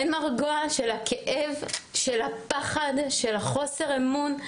אין מרגוע של הכאב, של הפחד, של חוסר האמון,